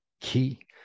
key